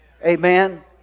Amen